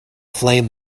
flame